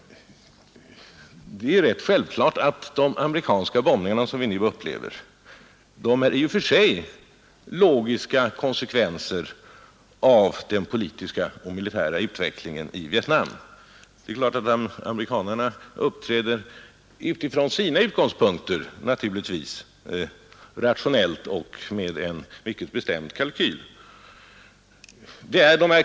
Det är självklart att de amerikanska bombningarna, som vi nu upplever, i och för sig är logiska konsekvenser av den politiska och militära utvecklingen i Vietnam. Amerikanerna uppträder naturligtvis utifrån sina utgångspunkter rationellt och med en mycket bestämd kalkyl.